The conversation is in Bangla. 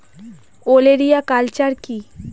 ওলেরিয়া কালচার কি?